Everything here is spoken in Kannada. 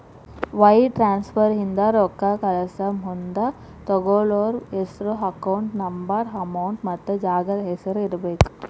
ವೈರ್ ಟ್ರಾನ್ಸ್ಫರ್ ಇಂದ ರೊಕ್ಕಾ ಕಳಸಮುಂದ ತೊಗೋಳ್ಳೋರ್ ಹೆಸ್ರು ಅಕೌಂಟ್ ನಂಬರ್ ಅಮೌಂಟ್ ಮತ್ತ ಜಾಗದ್ ಹೆಸರ ಬರೇಬೇಕ್